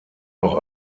noch